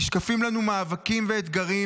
נשקפים לנו מאבקים ואתגרים.